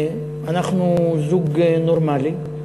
אנחנו זוג נורמלי,